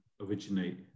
originate